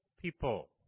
people